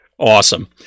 Awesome